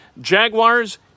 Jaguars